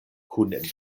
kun